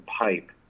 pipe